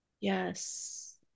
yes